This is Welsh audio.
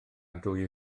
dwy